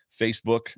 Facebook